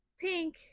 pink